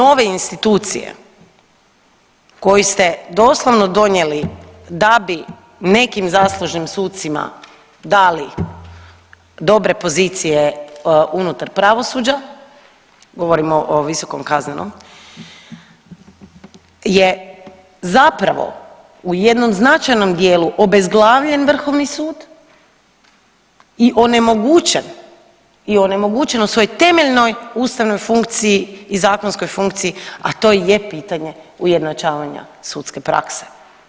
Uvođenjem nove institucije koju ste doslovno donijeli da bi nekim zaslužnim sucima dali dobre pozicije unutar pravosuđa, govorimo o visokom kaznenom, je zapravo u jednom značajnom dijelu obezglavljen vrhovni sud i onemogućen i onemogućen u svojoj temeljnoj funkciji i zakonskoj funkciji, a to i je pitanje ujednačavanja sudske prakse.